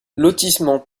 lotissement